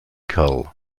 kerl